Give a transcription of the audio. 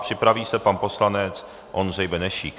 Připraví se pan poslanec Ondřej Benešík.